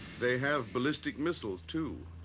they have ballistic missiles, too,